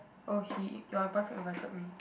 oh he your boyfriend invited me